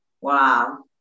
Wow